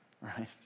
right